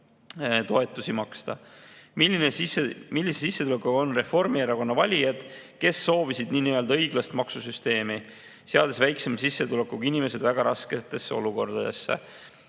toetusi maksta."Millise sissetulekuga on Reformierakonna valijad, kes soovisid nn õiglast maksusüsteemi, seades väiksema sissetulekuga inimesed väga rasketesse oludesse?"